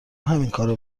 همینکارو